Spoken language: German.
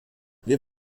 wir